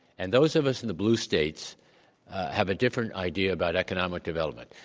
and those of us in the blue states have a different idea about economic development.